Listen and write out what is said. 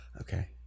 Okay